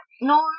No